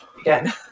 again